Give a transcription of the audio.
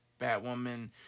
Batwoman